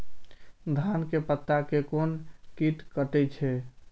धान के पत्ता के कोन कीट कटे छे?